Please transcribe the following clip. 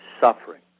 suffering